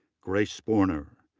grace spoerner,